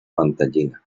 mantellina